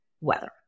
weather